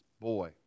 boy